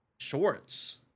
shorts